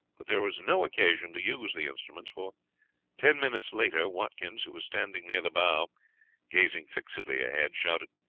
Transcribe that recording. but there was no occasion to use the instruments, for ten minutes later, watkins, who was standing near the bow gazing fixedly ahead, shouted